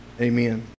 Amen